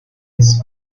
his